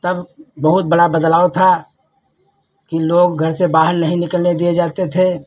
तब बहुत बड़ा बदलाव था कि लोग घर से बाहर नहीं निकलने दिए जाते थे